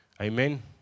Amen